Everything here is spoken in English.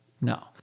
No